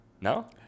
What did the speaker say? No